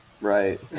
Right